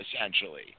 essentially